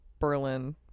Berlin